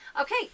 okay